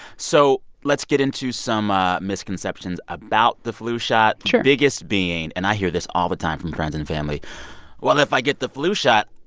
so let's get into some ah misconceptions about the flu shot, biggest being and i hear this all the time from friends and family well, if i get the flu shot,